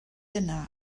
yna